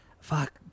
fuck